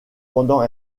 pendant